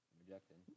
rejected